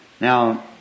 Now